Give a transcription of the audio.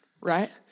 right